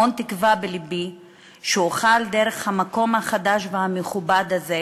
המון תקווה בלבי שאוכל דרך המקום החדש והמכובד הזה,